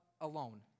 alone